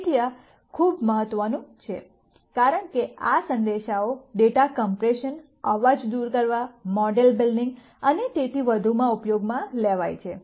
તેથી આ ખૂબ મહત્વનું છે કારણ કે આ સંદેશાઓ ડેટા કમ્પ્રેશન અવાજ દૂર કરવા મોડેલ બિલ્ડિંગ અને તેથી વધુમાં ઉપયોગમાં લેવાય છે